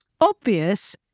obvious